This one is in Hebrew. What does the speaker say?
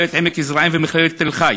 מכללת עמק-יזרעאל ומכללת תל-חי,